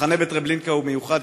המחנה בטרבלינקה הוא מיוחד,